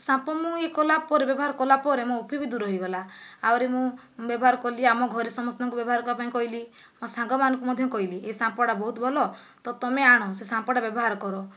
ସେ ସାମ୍ପୁ ମୁଁ ଇଏ କଲା ପରେ ବ୍ୟବହାର କଲାପରେ ମୋ ରୂପୀ ବି ଦୂର ହୋଇଗଲା ଆହୁରି ମୁଁ ବ୍ୟବହାର କଲି ଆମ ଘରେ ସମସ୍ତଙ୍କୁ ବ୍ୟବହାର କରିବା ପାଇଁ କହିଲି ମୋ ସାଙ୍ଗମାନଙ୍କୁ ମଧ୍ୟ କହିଲି ଏ ସାମ୍ପୁଟା ବହୁତ ଭଲ ତ ତୁମେ ଆଣ ସେ ସାମ୍ପୁଟା ବ୍ୟବହାର କର